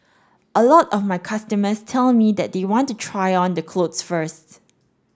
a lot of my customers tell me they want to try on the clothes first